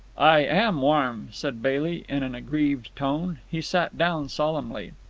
i am warm, said bailey in an aggrieved tone. he sat down solemnly.